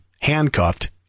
handcuffed